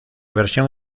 versión